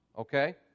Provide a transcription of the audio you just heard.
Okay